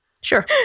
sure